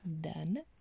Done